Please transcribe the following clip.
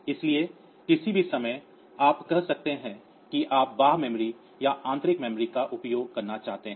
इसलिए किसी भी समय आप कह सकते हैं कि आप बाह्य मेमोरी या आंतरिक मेमोरी का उपयोग करना चाहते हैं